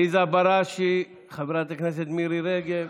עליזה בראשי, חברת הכנסת מירי רגב,